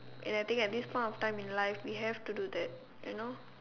and I think at this point of time in life we have to do that you know